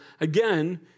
again